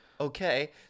Okay